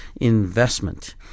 investment